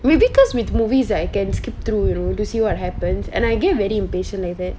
maybe cause with movies I can skip through you know to see what happens and I get very impatient like that